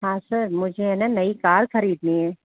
हाँ सर मुझे है ना नई कार खरीदनी है